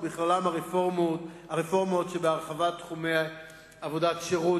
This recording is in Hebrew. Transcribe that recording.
ובכללן הרפורמות של הרחבת תחומי עבודת שירות,